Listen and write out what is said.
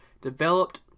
developed